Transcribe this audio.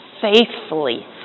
faithfully